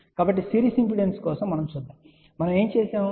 కాబట్టి series impedance కోసం చూద్దాం మనం ఏమి చూశాము